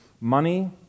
Money